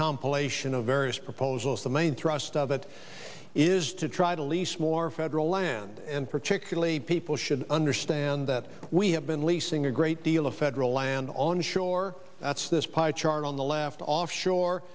compilation of various proposals the main thrust of it is to try to lease more federal land and particularly people should understand that we have been leasing a great deal of federal land on shore that's this pie chart on the left offshore